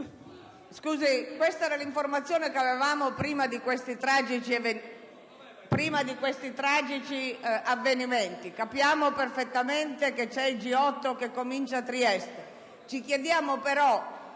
Questa era l'informazione che avevamo prima di questi tragici avvenimenti. Capiamo perfettamente che a Trieste comincia il